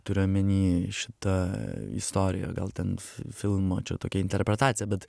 turiu omeny šita istorija gal ten filmo čia tokia interpretacija bet